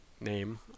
name